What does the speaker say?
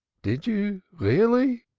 did you, really?